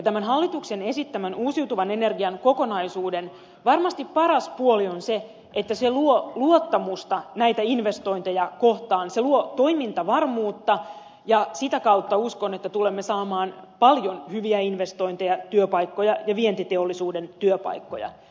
tämän hallituksen esittämän uusiutuvan energian kokonaisuuden varmasti paras puoli on se että se luo luottamusta näitä investointeja kohtaan se luo toimintavarmuutta ja uskon että sitä kautta tulemme saamaan paljon hyviä investointeja työpaikkoja ja vientiteollisuuden työpaikkoja